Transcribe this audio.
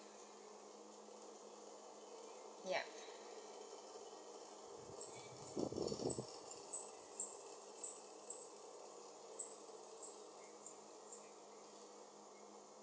yeap